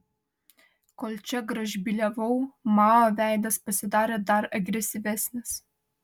kol čia gražbyliavau mao veidas pasidarė dar agresyvesnis